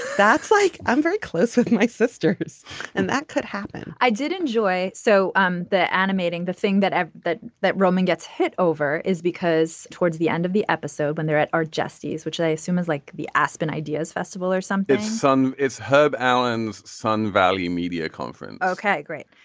that's like i'm very close with my sisters and that could happen i did enjoy. so um that animating the thing that that that roman gets hit over is because towards the end of the episode when they're at our justice which they assume is like the aspen ideas festival or something some it's herb allen's sun valley media conference ok great.